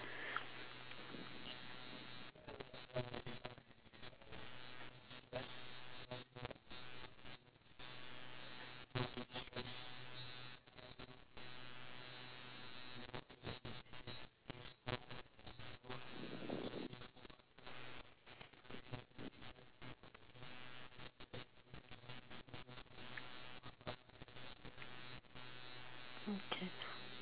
okay